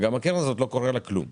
שלקרן לא קורה כלום.